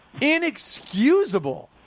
Inexcusable